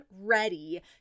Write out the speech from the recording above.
ready